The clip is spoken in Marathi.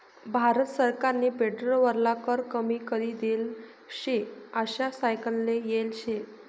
भारत सरकारनी पेट्रोल वरला कर कमी करी देल शे आशे आयकाले येल शे